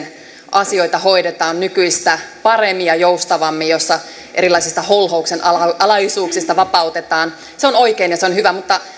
asioita hoidetaan nykyistä paremmin ja joustavammin missä erilaisista holhouksenalaisuuksista vapautetaan se on oikein ja se on hyvä mutta